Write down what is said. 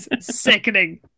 sickening